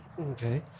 Okay